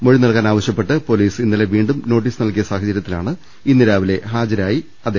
മൊഴി നൽകാൻ ആവശ്യപ്പെട്ട് പൊലീസ് ഇന്നലെ വീണ്ടും നോട്ടീസ് നൽകിയ സാഹ ചരൃത്തിലാണ് ഇന്ന് രാവിലെ ഹാജരായി മൊഴി നൽകുന്നത്